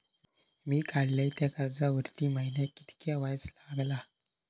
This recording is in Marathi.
मी काडलय त्या कर्जावरती महिन्याक कीतक्या व्याज लागला?